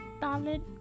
Darling